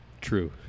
True